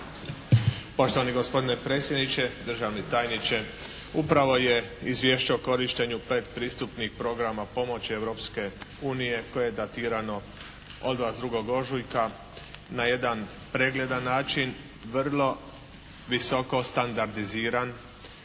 Poštovani gospodine predsjedniče, državni tajniče. Upravo je Izvješće o korištenju predpristupnih programa pomoći Europske unije koje je datirano od vas 2. ožujka na jedan pregledan način vrlo visoko standardiziran.